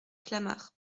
clamart